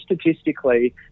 statistically